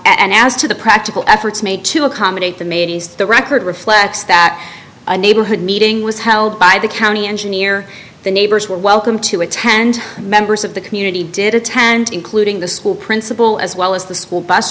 and as to the practical efforts made to accommodate the made the record reflects that a neighborhood meeting was held by the county engineer the neighbors were welcome to attend members of the community did attend including the school principal as well as the school bus